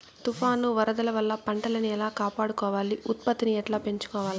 తుఫాను, వరదల వల్ల పంటలని ఎలా కాపాడుకోవాలి, ఉత్పత్తిని ఎట్లా పెంచుకోవాల?